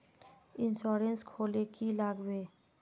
Insurance खोले की की लगाबे?